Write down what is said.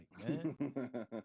man